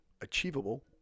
achievable